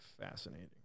fascinating